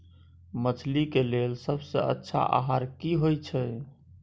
मछली के लेल सबसे अच्छा आहार की होय छै?